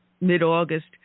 mid-August